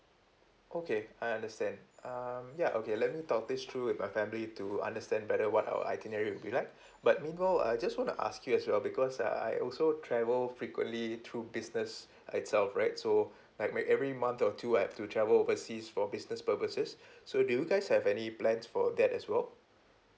okay I understand um ya okay let me talk this through with my family to understand better what our itinerary will be like but meanwhile I just wanna ask you as well because uh I also travel frequently through business itself right so like maybe every month or two I have to travel overseas for business purposes so do you guys have any plans for that as well